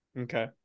okay